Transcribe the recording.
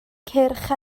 cyrch